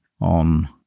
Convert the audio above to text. on